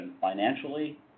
financially